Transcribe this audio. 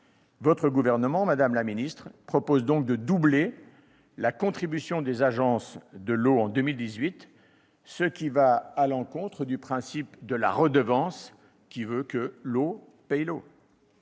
Votre gouvernement, madame la ministre, propose de doubler la contribution des agences de l'eau en 2018, ce qui va totalement à l'encontre du principe de la redevance, selon lequel l'eau paye l'eau.